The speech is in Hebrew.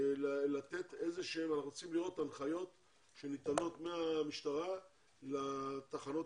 אנחנו רוצים לראות הנחיות שניתנות מהמשטרה לתחנות